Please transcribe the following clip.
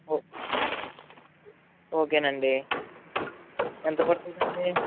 ఓ ఓకేనండి ఎంత పడుతుందండి